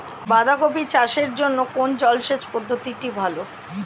বাঁধাকপি চাষের জন্য কোন জলসেচ পদ্ধতিটি ভালো?